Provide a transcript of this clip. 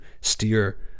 steer